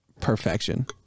perfection